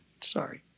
sorry